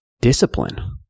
Discipline